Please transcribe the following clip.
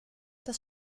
das